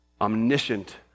omniscient